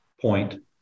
point